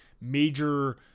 major